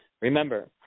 remember